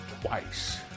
twice